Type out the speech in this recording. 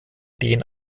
den